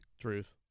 Truth